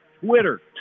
Twitter